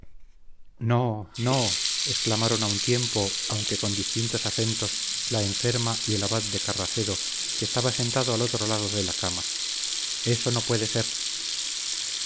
no no exclamaron a un tiempo aunque con distintos acentos la enferma y el abad de carracedo que estaba sentado al otro lado de la cama eso no puede ser